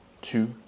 two